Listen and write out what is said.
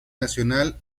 nacional